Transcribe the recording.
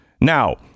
Now